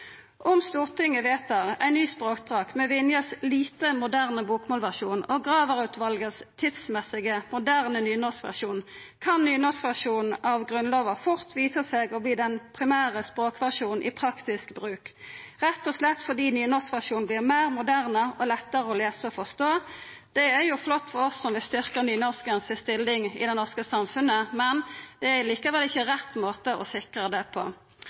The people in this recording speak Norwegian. Om Stortinget vedtar ei ny språkdrakt med Vinje sin lite moderne bokmålsversjon og Graver-utvalet sin tidsmessige moderne nynorskversjon, kan nynorskversjonen av Grunnlova fort visa seg å verta den primære språkversjonen i praktisk bruk, rett og slett fordi nynorskversjonen vert meir moderne og lettare å lesa og forstå. Det er flott for oss som vil styrkja nynorsken si stilling i det norske samfunnet, men det er likevel ikkje rett måte å sikra det på.